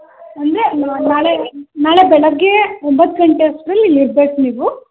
ಅಂದರೆ ನಾಳೆ ನಾಳೆ ಬೆಳಗ್ಗೆ ಒಂಬತ್ತು ಗಂಟೆ ಅಷ್ಟರಲ್ಲಿ ಇಲ್ಲಿ ಇರಬೇಕು ನೀವು